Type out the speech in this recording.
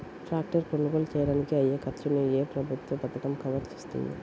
Tractor కొనుగోలు చేయడానికి అయ్యే ఖర్చును ఏ ప్రభుత్వ పథకం కవర్ చేస్తుంది?